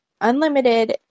unlimited